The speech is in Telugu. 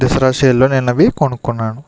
దసరా సేల్స్లో అవి నేను కొనుక్కున్నాను